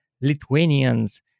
Lithuanians